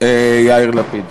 יאיר לפיד?